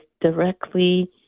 directly